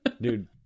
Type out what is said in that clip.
Dude